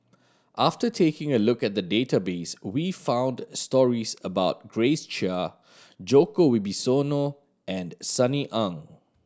after taking a look at the database we found stories about Grace Chia Djoko Wibisono and Sunny Ang